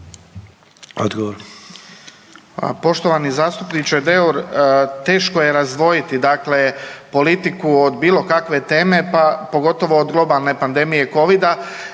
Odgovor.